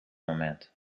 moment